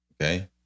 okay